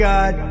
God